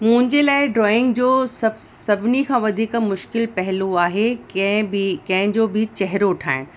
मुंहिंजे लाइ ड्रॉइंग जो सभु सभिनी खां वधीक मुश्किल पहलू आहे कंहिं बि कंहिंजो बि चहिरो ठाहिणु